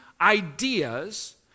ideas